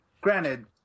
granted